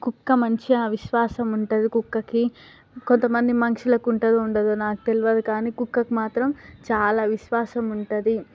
కుక్క మంచిగా విశ్వాసం ఉంటుంది కుక్కకి కొంత మంది మనుషులకి ఉంటుందో ఉండదో నాకు తెలియదు కానీ కుక్కకి మాత్రం చాలా విశ్వాసం ఉంటుంది